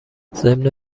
ضمن